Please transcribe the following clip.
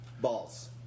Balls